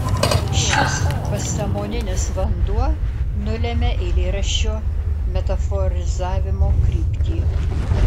šis pasąmoninis vanduo nulemia eilėraščio metaforizavimo kryptį